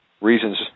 reasons